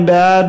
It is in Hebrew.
16)?